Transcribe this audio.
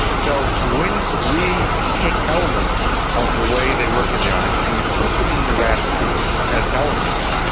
so when we take elements of the way they work in the audience and we put them in the ratatouille as elements,